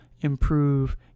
improve